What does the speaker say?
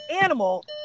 animal